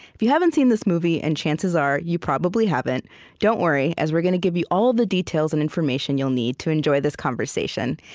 if you haven't seen this movie and chances are, you probably haven't don't worry, as we're going to give you all of the details and information you'll need to enjoy this conversation.